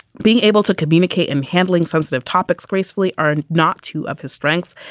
being able to communicate and handling sensitive topics gracefully are not two of his strengths,